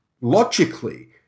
logically